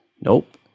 Nope